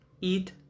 eat